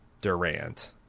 Durant